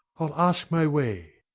i'll ask my way.